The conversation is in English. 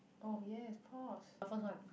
oh yes pause the first one